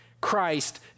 Christ